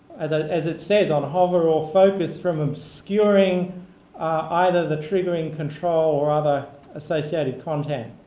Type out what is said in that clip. as ah as it says, on hoveral focus from obscuring either the triggering control or other associated content.